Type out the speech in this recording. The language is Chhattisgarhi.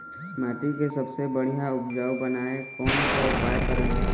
माटी के सबसे बढ़िया उपजाऊ बनाए कोन सा उपाय करें?